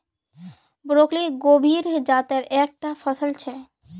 broccoli गोभीर जातेर एक टा फसल छे